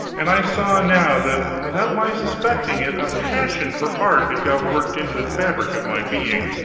and i saw now that without my suspecting it a passion for art had got worked into the fabric of my being,